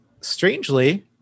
strangely